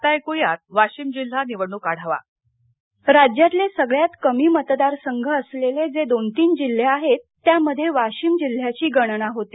आता ऐक्या वाशीम जिल्हा निवडणूक आढावा राज्यातले सगळ्यात कमी मतदार संघ असलेलेजे दोन तीन जिल्हे आहेत त्यामध्ये वाशिम जिल्ह्याची गणना होते